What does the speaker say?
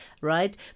right